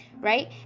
right